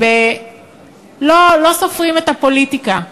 שבהם לא סופרים את הפוליטיקה,